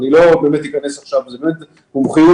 גם בארץ,